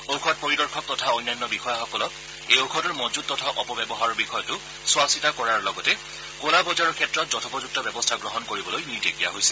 ঔষধ পৰিদৰ্শক তথা অন্যান্য বিষয়াসকলক এই ঔষধৰ মজুত তথা অপব্যৱহাৰৰ বিষয়তো চোৱা চিতা কৰাৰ লগতে ক'লা বজাৰৰ ক্ষেত্ৰত যথোপযুক্ত ব্যৱস্থা গ্ৰহণ কৰিবলৈ নিৰ্দেশ দিয়া হৈছে